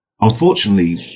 Unfortunately